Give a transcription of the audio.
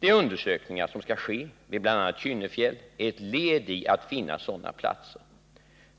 De undersökningar som skall ske vid bl.a. Kynnefjäll är ett led i arbetet att finna sådana platser.